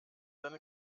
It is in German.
seine